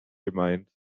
gemeint